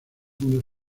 algunas